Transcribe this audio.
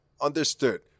understood